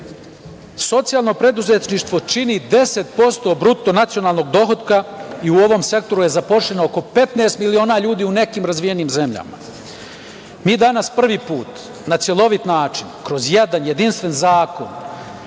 socijalno preduzetništvo čini 10% BDP-a i u ovom sektoru je zaposleno oko 15 miliona ljudi u nekim razvijenim zemljama. Mi danas prvi put na celovit način, kroz jedan jedinstven zakon,